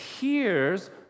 hears